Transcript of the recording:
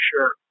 sure